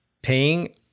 paying